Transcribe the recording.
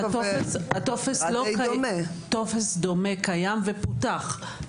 טופס דומה קיים ופותח.